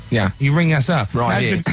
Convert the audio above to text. yeah you ring us up. right, yeah,